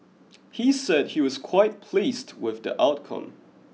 he said he was quite pleased with the outcome